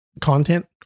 content